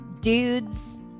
dudes